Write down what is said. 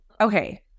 okay